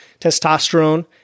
testosterone